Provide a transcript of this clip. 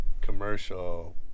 commercial